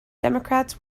democrats